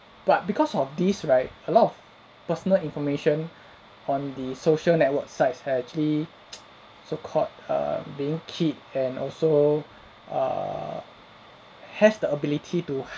but because of this right a lot of personal information on the social network sites are actually so-called err being keep and also err has the ability to h~